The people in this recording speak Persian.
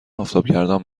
آفتابگردان